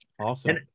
awesome